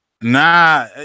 Nah